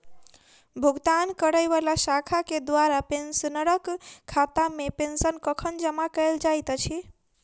भुगतान करै वला शाखा केँ द्वारा पेंशनरक खातामे पेंशन कखन जमा कैल जाइत अछि